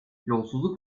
yolsuzluk